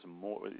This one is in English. more